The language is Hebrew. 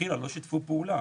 מלכתחילה לא שיתפו פעולה.